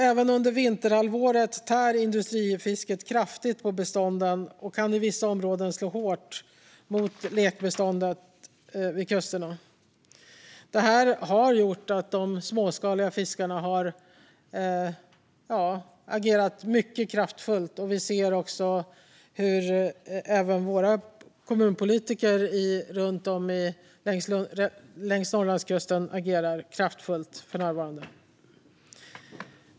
Även under vinterhalvåret tär industrifisket kraftigt på bestånden och kan i vissa områden slå hårt mot lekbeståendet vid kusterna. Detta har gjort att de småskaliga fiskarna har agerat mycket kraftfullt. Vi ser att också kommunpolitiker längs Norrlandskusten för närvarande agerar kraftfullt.